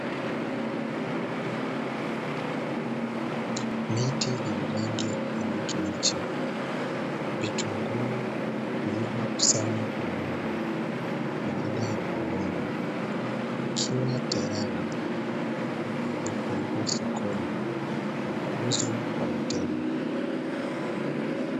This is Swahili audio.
Miti yenye rangi ya kijani kibichi, vitunguu vilivyokusanywa pamoja baada ya kuvunwa, vikiwa tayari kwa ajili ya kupelekwa sokoni na kuuzwa kwa wateja.